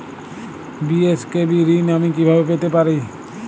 BSKB ঋণ আমি কিভাবে পেতে পারি?